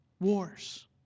Wars